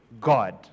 God